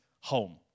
home